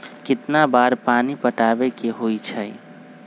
कितना बार पानी पटावे के होई छाई?